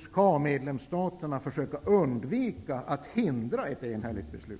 skall medlemsstaterna försöka undvika att hindra ett enhälligt beslut.